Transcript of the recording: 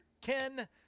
Ken